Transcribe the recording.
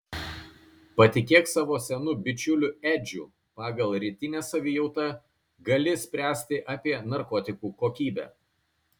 patikėk savo senu bičiuliu edžiu pagal rytinę savijautą gali spręsti apie narkotikų kokybę